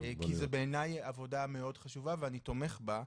כי בעיניי, זו עבודה מאוד חשובה ואני תומך בה.